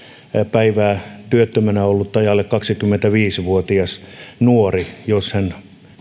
päivää työttömänä ollut tai alle kaksikymmentäviisi vuotias nuori jos hän